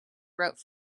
wrote